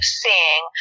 seeing